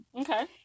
okay